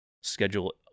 schedule